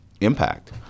impact